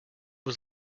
was